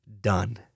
done